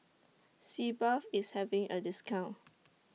Sitz Bath IS having A discount